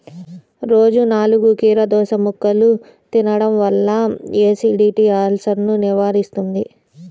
రోజూ నాలుగు కీరదోసముక్కలు తినడం వల్ల ఎసిడిటీ, అల్సర్సను నివారిస్తుంది